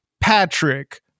Patrick